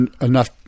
enough